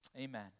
Amen